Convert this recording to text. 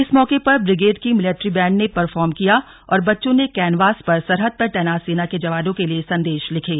इस मौके पर ब्रिगेड के मिलिट्री बैंड ने परफॉर्म किया और बच्चों ने कैनवास पर सरहद पर तैनात सेना के जवानों के लिए संदेश लिखे